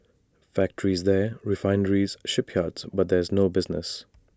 factories there refineries shipyards but there's no business